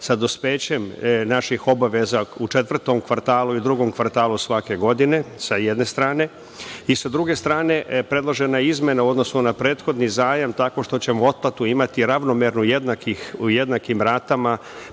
sa dospećem naših obaveza u četvrtom kvartalu ili drugom kvartalu svake godine, sa jedne strane, i sa druge strane, predložena je izmena u odnosu na prethodni zajam, tako što ćemo otplatu imati ravnomernu, u jednakim ratama,